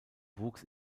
wuchs